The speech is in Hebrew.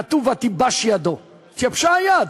כתוב "ותיבש ידו", התייבשה היד.